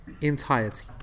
entirety